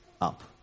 up